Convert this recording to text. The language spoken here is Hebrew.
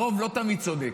הרוב לא תמיד צודק,